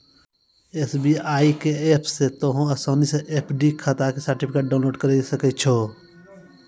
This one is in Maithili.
एस.बी.आई के ऐप से तोंहें असानी से एफ.डी खाता के सर्टिफिकेट डाउनलोड करि सकै छो